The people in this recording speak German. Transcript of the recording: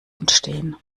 entstehen